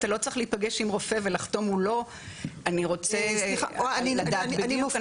אתה לא צריך להיפגש עם רופא ולחתום מולו אני רוצה לדעת בדיוק.